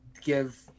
give